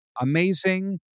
amazing